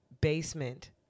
basement